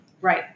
Right